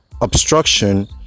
obstruction